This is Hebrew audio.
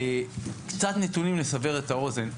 קצת נתונים לסבר את האוזן.